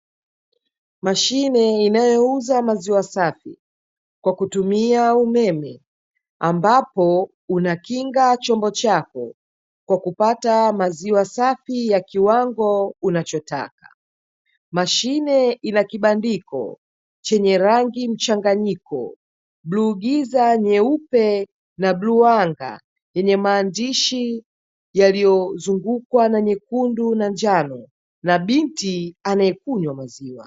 Mashine inayouza maziwa safi kwa kutumia umeme, ambapo unakinga chombo chako kwa kupata maziwa safi ya kiwango unachotaka. Mashine ina kibandiko chenye rangi mchanganyiko, bluu giza, nyeupe na bluu anga, yenye maandishi yaliyozungukwa na nyekundu na njano, na binti anayekunywa maziwa.